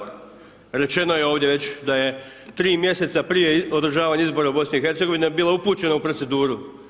Rečeno je ovdje već da je 3 mjeseca prije održavanja izbora u BiH bilo upućeno u proceduru.